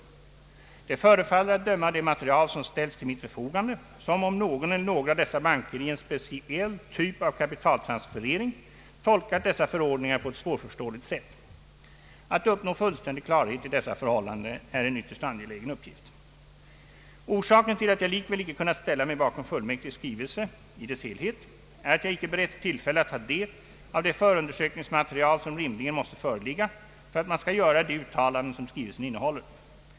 Det förefaller att döma av det material som ställts till mitt förfogande som om någon eller några av dessa banker i en speciell typ av kapitaltransferering tolkat dessa förordningar på ett svårförståeligt sätt. Att uppnå fullständig klarhet i dessa förhållanden är en ytterst angelägen uppgift. Orsaken till att jag likväl icke kunnat ställa mig bakom Fullmäktiges skrivelse i dess helhet är att jag icke beretts tillfälle att ta del av det förundersökningsmaterial som rimligen måste föreligga för att man skall göra de uttalanden som skrivelsen innehåller.